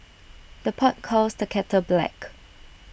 the pot calls the kettle black